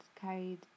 carried